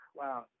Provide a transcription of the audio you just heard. wow